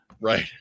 right